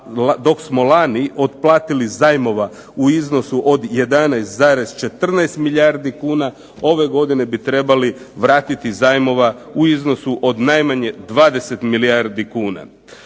dok smo lani otplatili zajmova u iznosu od 11,14 milijardi kuna ove godine bi trebali vratiti zajmova u iznosu od najmanje 20 milijardi kuna.